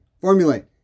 formulate